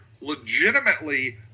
legitimately